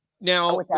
Now